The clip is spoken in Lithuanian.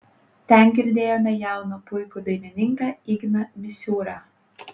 ten girdėjome jauną puikų dainininką igną misiūrą